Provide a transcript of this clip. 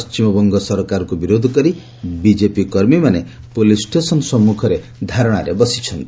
ପଶ୍ଚିମବଙ୍ଗ ସରକାରଙ୍କୁ ବିରୋଧ କରି ବିଜେପି କର୍ମୀମାନେ ପୁଲିସ୍ ଷ୍ଟେସନ୍ ସମ୍ମୁଖରେ ଧାରଣାରେ ବସିଛନ୍ତି